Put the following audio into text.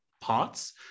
parts